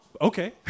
Okay